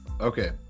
Okay